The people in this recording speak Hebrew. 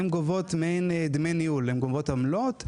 הן גובות מעין דמי ניהול, עמלות,